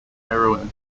heroin